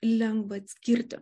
lengva atskirti